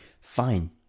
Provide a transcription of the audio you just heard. fine